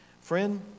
Friend